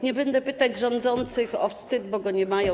Nie będę pytać rządzących o wstyd, bo go nie mają.